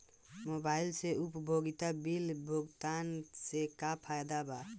Mobile से उपयोगिता bill भुगतान से का फायदा बा?